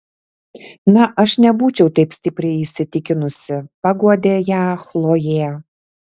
na aš nebūčiau taip stipriai įsitikinusi paguodė ją chlojė